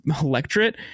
electorate